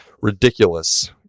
ridiculous